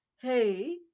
hey